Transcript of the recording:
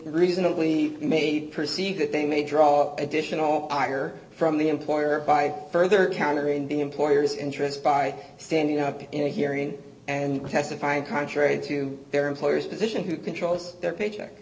reasonably made perceive that they may draw additional power from the employer by further countering the employer's interest by standing up in a hearing and testifying contrary to their employer's position who controls their paycheck